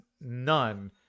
none